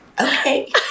okay